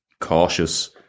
cautious